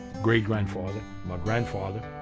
great grandfather, my grandfather,